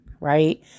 Right